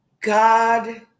God